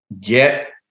get